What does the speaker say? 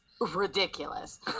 ridiculous